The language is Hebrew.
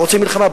רוצה מלחמה?